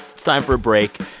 it's time for a break.